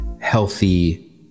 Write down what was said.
healthy